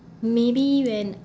maybe when